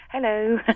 Hello